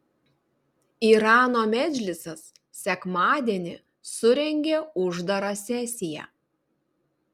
irano medžlisas sekmadienį surengė uždarą sesiją